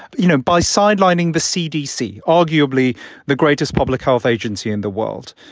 you know, by sidelining the cdc, arguably the greatest public health agency in the world,